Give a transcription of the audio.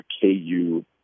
Ku